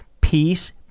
Peace